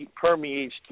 permeates